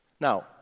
Now